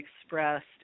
expressed